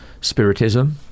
spiritism